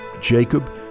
Jacob